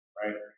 right